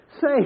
say